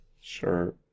Sure